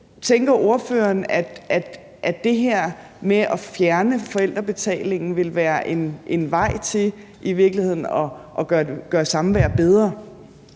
tænker, at det her med at fjerne forældrebetalingen vil være en vej til i virkeligheden